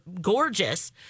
gorgeous